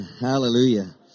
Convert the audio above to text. Hallelujah